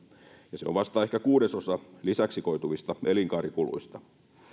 ja se on vasta ehkä kuudesosa lisäksi koituvista elinkaarikuluista